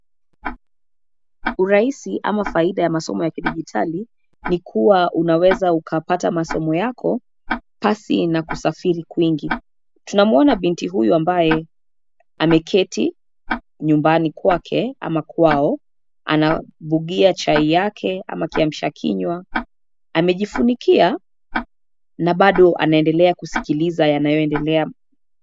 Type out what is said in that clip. Uraisi ama faida ya masomo ya kidijitali, ni kuwa unaweza ukapata masomo yako pasi na kusafiri kwingi. Tunamuona binti huyu ambaye ameketi nyumbani kwake ama kwao, anabugia chai yake ama kiamsha kinywa. Amejifunikia na bado anaendelea kusikiliza yanayoendelea.